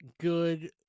good